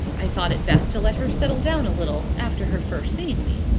i thought it best to let her settle down a little after her first seeing me.